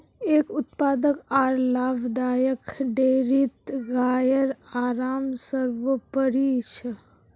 एक उत्पादक आर लाभदायक डेयरीत गाइर आराम सर्वोपरि छ